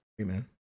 Amen